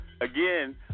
again